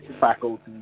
faculty